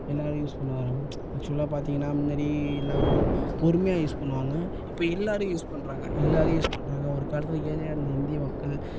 எல்லோரும் யூஸ் பண்ணவர்றாங்க ஆக்சுவலாக பார்த்தீங்கன்னா இதுமாரி எல்லோரும் பொறுமையாக யூஸ் பண்ணுவாங்க இப்போ எல்லோரும் யூஸ் பண்ணுறாங்க எல்லோரும் யூஸ் பண்ணுறாங்க ஒரு கட்டத்தில் ஏழையா இருந்த இந்திய மக்கள்